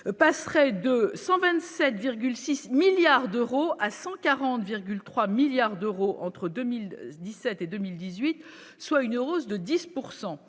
passerait de 127,6 milliards d'euros à 140,3 milliards d'euros entre 2017 et 2018 soit une rose de 10